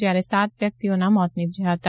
જ્યારે સાત વ્યક્તિઓના મોત નિપજ્યા હતા